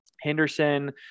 Henderson